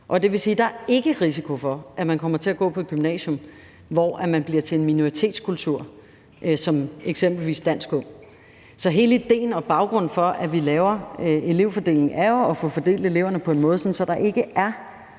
at der ikke er risiko for, at man kommer til at gå på et gymnasium, hvor man som eksempelvis dansk ung bliver til en minoritetskultur. Så hele idéen og baggrunden for, at vi laver elevfordelingen, er jo at få fordelt eleverne på en måde, sådan at der